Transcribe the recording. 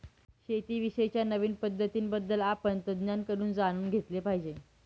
शेती विषयी च्या नवीन पद्धतीं बद्दल आपण तज्ञांकडून जाणून घेतले पाहिजे